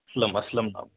اسلم اسلم نام